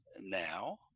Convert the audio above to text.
now